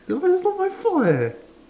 that one not my fault not my fault leh